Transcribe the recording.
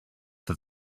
that